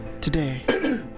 today